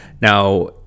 Now